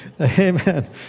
Amen